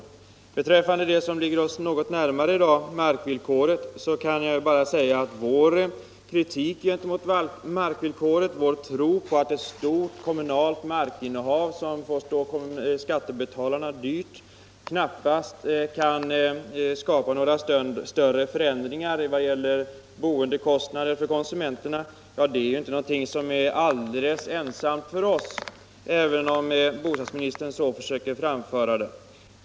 Vad beträffar det som i dag ligger oss något närmare — markvillkoret —- vill jag bara säga att vår kritik grundar sig på uppfattningen att ett stort kommunalt markinnehav, som kommer att stå skattebetalarna dyrt, knappast kan åstadkomma några större förändringar i konsumenternas boendekostnader. Det är en uppfattning som vi inte är alldeles ensamma om, även om bostadsministern försöker framställa det så.